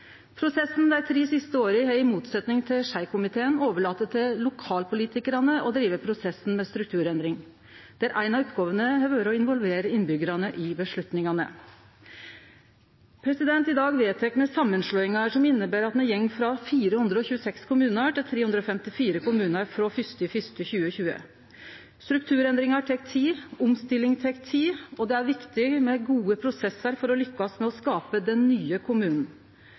prosessen dei tre siste åra har ein, i motsetnad til Schei-komiteen, overlate til lokalpolitikarane å drive prosessen med strukturendring, der ei av oppgåvene har vore å involvere innbyggjarane i beslutningane. I dag vedtek me samanslåingar som inneber at ein går frå 426 kommunar til 354 kommunar frå 1. januar 2020. Strukturendringar tek tid, omstilling tek tid, og det er viktig med gode prosessar for å lykkast med å skape den nye kommunen.